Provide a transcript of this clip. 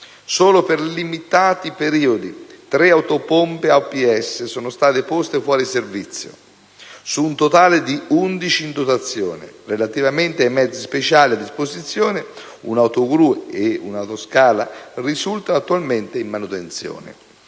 Solo per limitati periodi tre autopompe APS sono state poste fuori servizio, su un totale di undici in dotazione. Relativamente ai mezzi speciali a disposizione, un'autogru e un'autoscala risultano attualmente in manutenzione.